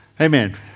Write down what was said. Amen